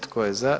Tko je za?